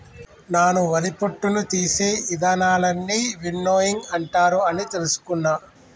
నాను వరి పొట్టును తీసే ఇదానాలన్నీ విన్నోయింగ్ అంటారు అని తెలుసుకున్న